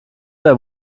der